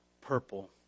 purple